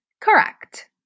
Correct